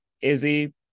Izzy